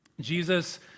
Jesus